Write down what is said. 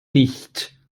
nicht